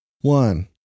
one